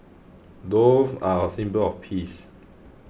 doves are a symbol of peace